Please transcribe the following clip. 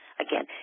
Again